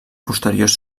posteriors